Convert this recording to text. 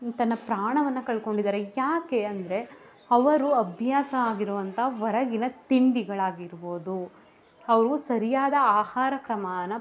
ತನ್ನ ಪ್ರಾಣವನ್ನು ಕಳಕೊಂಡಿದಾರೆ ಯಾಕೆ ಅಂದರೆ ಅವರು ಅಭ್ಯಾಸ ಆಗಿರುವಂಥ ಹೊರಗಿನ ತಿಂಡಿಗಳಾಗಿರ್ಬೋದು ಅವರು ಸರಿಯಾದ ಆಹಾರ ಕ್ರಮನ